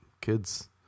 kids